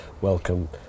welcome